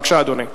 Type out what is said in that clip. בבקשה, אדוני.